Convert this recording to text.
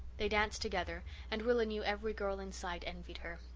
they danced together and rilla knew every girl in sight envied her.